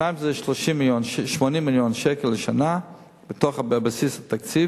זה 80 מיליון שקל לשנה בבסיס התקציב.